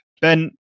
Ben